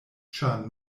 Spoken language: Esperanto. ĉar